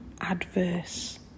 adverse